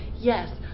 Yes